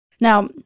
Now